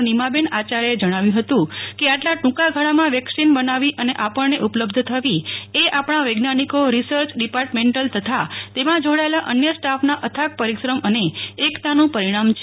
નીમાબેન આચાર્યએ જણાવ્યું હતું કે આટલા ટુંકાગાળામાં વેક્સિન બનાવી અને આપણને ઉપલબ્ધ થવી એ આપણાં વૈજ્ઞાનિકો રિચર્સ ડિપાર્ટમેન્ટલ તથા તેમાં જોડાયેલા અન્ય સ્ટાફના અથાગ પરિશ્રમ અને એકતાનું પરિણામ છે